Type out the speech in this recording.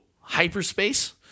hyperspace